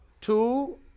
Two